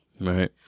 Right